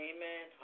Amen